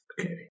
Okay